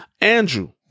Andrew